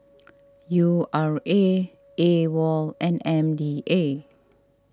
U R A Awol and M D A